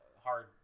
hard